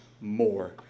more